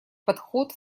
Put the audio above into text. подход